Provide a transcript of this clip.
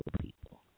people